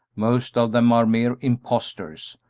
most of them are mere impostors.